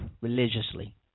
religiously